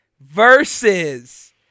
versus